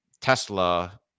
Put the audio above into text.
Tesla